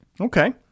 Okay